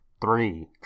Three